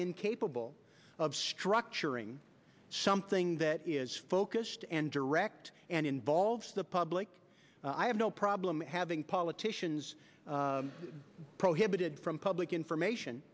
incapable of structuring something that is focused and direct and involves the public i have no problem having politicians prohibited from public information